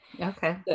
okay